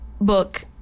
book